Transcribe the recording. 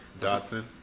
Dotson